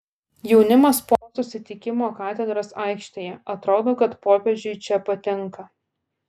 jaunimas po susitikimo katedros aikštėje atrodo kad popiežiui čia patinka